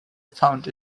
found